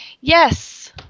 Yes